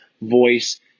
voice